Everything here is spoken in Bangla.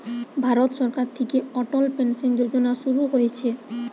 ভারত সরকার থিকে অটল পেনসন যোজনা শুরু হইছে